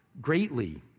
greatly